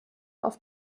auf